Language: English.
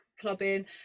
clubbing